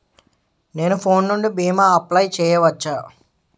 నేను ఫోన్ నుండి భీమా అప్లయ్ చేయవచ్చా?